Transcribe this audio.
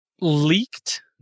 leaked